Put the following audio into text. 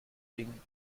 ging